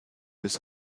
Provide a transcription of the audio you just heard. bis